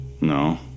No